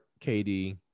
KD